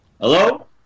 Hello